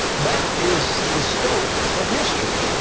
that is the scope of history.